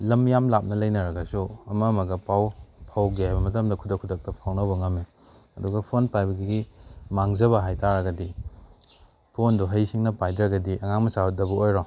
ꯂꯝ ꯌꯥꯝꯅ ꯂꯥꯞꯅ ꯂꯩꯅꯔꯒꯁꯨ ꯑꯃꯒ ꯑꯃꯒ ꯄꯥꯎ ꯐꯥꯎꯒꯦ ꯍꯥꯏꯕ ꯃꯇꯝꯗ ꯈꯨꯗꯛ ꯈꯨꯗꯛꯇ ꯐꯥꯎꯅꯕ ꯉꯝꯃꯦ ꯑꯗꯨꯒ ꯐꯣꯟ ꯄꯥꯏꯕꯒꯤ ꯃꯥꯡꯖꯕ ꯍꯥꯏꯕ ꯇꯥꯔꯒꯗꯤ ꯐꯣꯟꯗꯣ ꯍꯩꯁꯤꯡꯅ ꯄꯥꯏꯗ꯭ꯔꯒꯗꯤ ꯑꯉꯥꯡ ꯃꯆꯥꯗꯕꯨ ꯑꯣꯏꯔꯣ